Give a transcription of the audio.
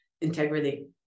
integrity